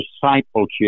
discipleship